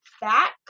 back